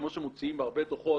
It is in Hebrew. כמו שמוציאים בהרבה דוחות,